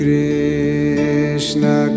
Krishna